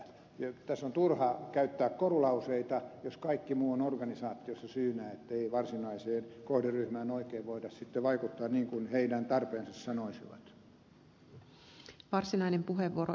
tässä on turha käyttää korulauseita jos kaikki muu on organisaatiossa syynä ettei varsinaiseen kohderyhmään oikein voida sitten vaikuttaa niin kuin heidän tarpeensa vaatisivat